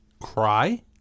Cry